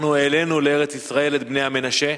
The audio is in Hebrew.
אנחנו העלינו לארץ-ישראל את בני המנשה,